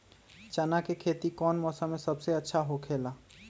चाना के खेती कौन मौसम में सबसे अच्छा होखेला?